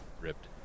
ripped